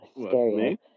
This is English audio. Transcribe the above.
scary